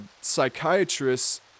psychiatrists